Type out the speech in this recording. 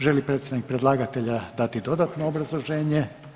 Želi li predstavnik predlagatelja dati dodatno obrazloženje?